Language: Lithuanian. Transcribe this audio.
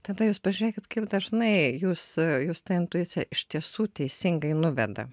tada jūs pažiūrėkit kaip dažnai jūs jūs ta intuicija iš tiesų teisingai nuveda